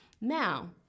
Now